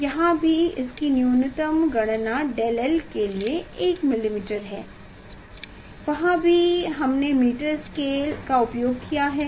यहाँ भी इसकी न्यूनतम गणना 𝝳l के लिए 1 मिलीमीटर है वहाँ भी हमने मीटर स्केल का उपयोग किया है